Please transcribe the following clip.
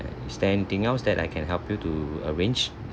is there anything else that I can help you to arrange